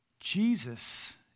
Jesus